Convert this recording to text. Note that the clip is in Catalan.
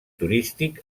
turístic